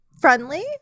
friendly